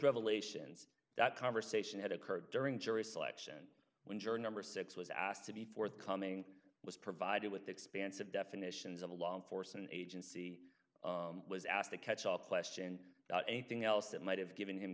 revelations that conversation had occurred during jury selection when you're number six was asked to be forthcoming was provided with expansive definitions of a law enforcement agency was asked to catch up question anything else that might have given him